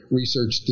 research